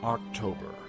October